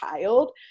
child